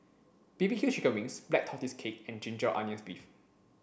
B B Q chicken wings black tortoise cake and ginger onions beef